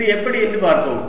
இது எப்படி என்று பார்ப்போம்